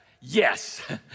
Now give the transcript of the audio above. Yes